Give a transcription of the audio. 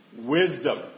wisdom